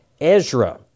Ezra